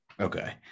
Okay